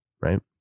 right